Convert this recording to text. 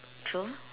true